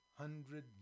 Hundred